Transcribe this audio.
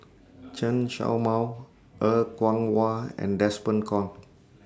Chen Show Mao Er Kwong Wah and Desmond Kon